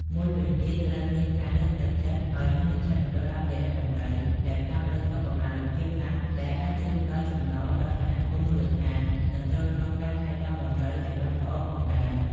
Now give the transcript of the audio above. មួយមិញទៀតត្រូវមានការលើកទឹកចិត្តឱ្យមានមជ្ឈមណ្ឌលអភិរក្សដំរីដែលផ្តោតលើសុខុមាលភាពសត្វ ដែលអាចជួយផ្តល់ចំណូលដល់សហគមន៍មូលដ្ឋាន និងទ្រទ្រង់ការថែទាំដំរីឲ្យបានល្អផងដែរ។